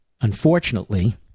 unfortunately